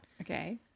Okay